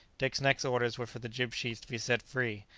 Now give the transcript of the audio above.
dick's next orders were for the jib-sheets to be set free,